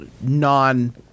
non